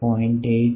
6 0